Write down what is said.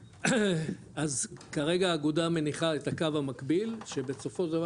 אז כרגע האגודה מניחה את הקו המקביל שבסופו של דבר,